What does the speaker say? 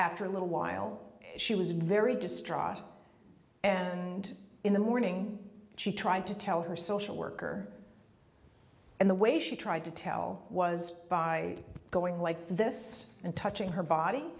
after a little while she was very distraught and in the morning she tried to tell her social worker and the way she tried to tell was by going like this and touching her body